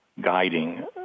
guiding